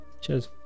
cheers